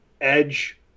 edge